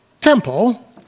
temple